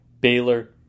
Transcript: Baylor